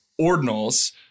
ordinals